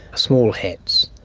small heads,